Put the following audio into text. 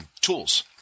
tools